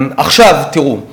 תראו,